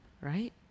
right